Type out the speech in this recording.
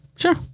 Sure